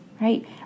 right